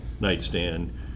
nightstand